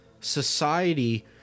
society